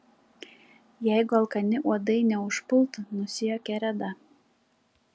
jeigu alkani uodai neužpultų nusijuokė reda